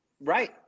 Right